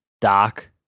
Doc